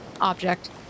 object